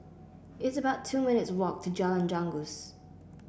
it's about two minutes' walk to Jalan Janggus